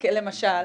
למשל.